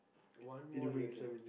one more year to